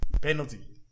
Penalty